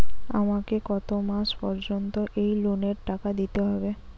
আমাকে কত মাস পর্যন্ত এই লোনের টাকা দিতে হবে?